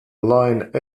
line